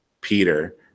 Peter